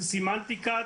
זאת סמנטיקה.